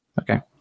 Okay